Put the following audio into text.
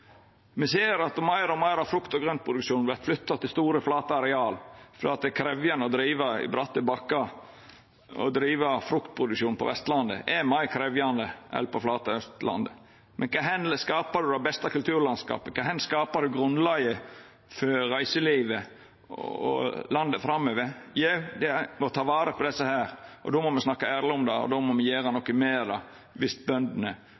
Me ser at meir og meir av frukt- og grøntproduksjonen vert flytt til store og flate areal fordi det er krevjande å driva i bratte bakkar. Å driva fruktproduksjon på Vestlandet er meir krevjande enn på flate Austlandet. Men kvar skapar ein det beste kulturlandskapet, kvar skapar ein grunnlaget for reiselivet og landet framover? Jau, det er ved å ta vare på desse. Då må me snakka ærleg om det, me må gjera noko med det viss bøndene